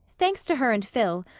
thanks to her and phil,